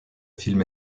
film